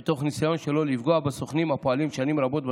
ותוך ניסיון שלא לפגוע בסוכנים הפועלים שנים רבות בתחום.